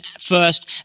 first